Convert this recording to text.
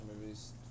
movies